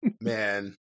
man